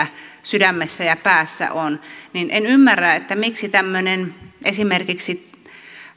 sydämessä ja päässä on niin että en ymmärrä miksi esimerkiksi tämmöinen